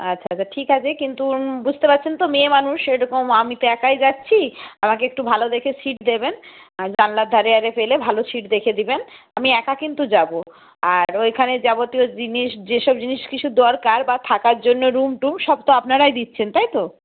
আচ্ছা আচ্ছা ঠিক আছে কিন্তু বুঝতে পারছেন তো মেয়ে মানুষ এরকম আমি তো একাই যাচ্ছি আমাকে একটু ভালো দেখে সিট দেবেন জানলার ধারে আরে পেলে ভালো সিট দেখে দেবেন আমি একা কিন্তু যাব আর ওইখানে যাবতীয় জিনিস যেসব জিনিস দরকার বা থাকার জন্য রুম টুম সব তো আপনারাই দিচ্ছেন তাই তো